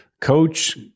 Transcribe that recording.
coach